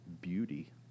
beauty